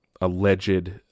alleged